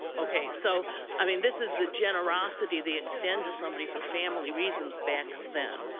okay, so i mean, this is the generosity they extend to somebody for family reasons back then.